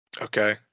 Okay